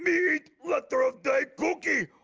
me eat letter of day cookie!